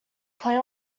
play